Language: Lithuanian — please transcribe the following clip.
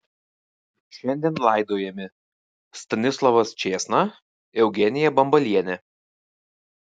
šiandien laidojami stanislovas čėsna eugenija bambalienė